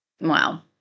Wow